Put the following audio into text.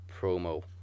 promo